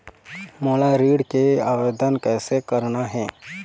मोला ऋण के आवेदन कैसे करना हे?